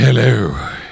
Hello